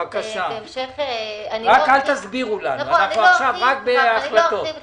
לא ארחיב את